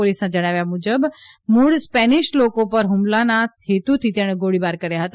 પોલીસના જણાવ્યા અનુસાર મુળ સ્પેનિશ લોકો પર હુમલાના હેતુથી તેણે ગોળીબાર કર્યા હતા